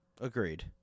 Agreed